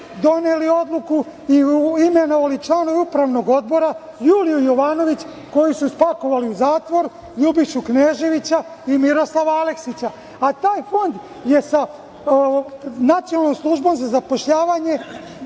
doneli odluku i imenovali članove upravnog odbora, Juliju Jovanović, koju su spakovali u zatvor, Ljubišu Kneževića i Miroslava Aleksića. Taj fond je sa Nacionalnom službom za zapošljavanje